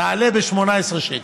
תעלה ב-18 שקלים.